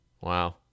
wow